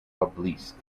obelisk